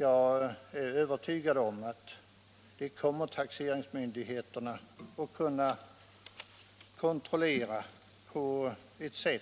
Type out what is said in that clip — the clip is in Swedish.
Jag är övertygad om att taxeringsmyndigheterna kommer att kunna kontrollera detta